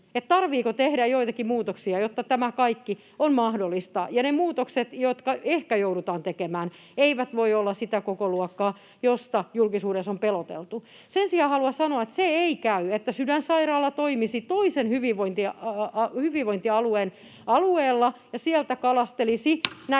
tehdä joitakin muutoksia, jotta tämä kaikki on mahdollista. Ja ne muutokset, jotka ehkä joudutaan tekemään, eivät voi olla sitä kokoluokkaa, josta julkisuudessa on peloteltu. Sen sijaan haluan sanoa, että se ei käy, että Sydänsairaala toimisi toisen hyvinvointialueen alueella ja sieltä kalastelisi